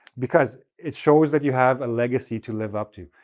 because it shows that you have a legacy to live up to.